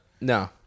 No